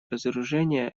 разоружения